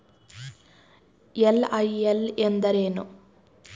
LIL ಎಂದರೇನು?